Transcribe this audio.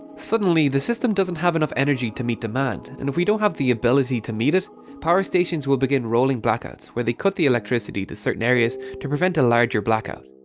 suddenly the system doesn't have enough energy to meet demand and if we don't have the ability to meet it power stations will begin rolling blackouts where they cut the electricity to certain areas to prevent a larger blackout.